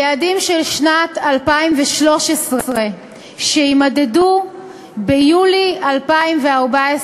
היעדים של שנת 2013 יימדדו ביולי 2014,